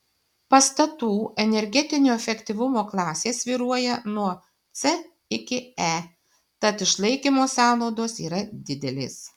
pastatų energetinio efektyvumo klasės svyruoja nuo c iki e tad išlaikymo sąnaudos yra didelės